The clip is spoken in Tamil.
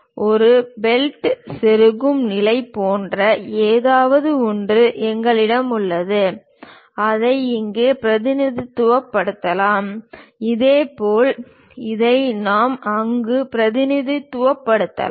ஒரு போல்ட் செருகும் நிலை போன்ற ஏதாவது ஒன்று எங்களிடம் உள்ளது அதை இங்கே பிரதிநிதித்துவப்படுத்தலாம் இதேபோல் இதை நாம் அங்கு பிரதிநிதித்துவப்படுத்தலாம்